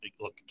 Look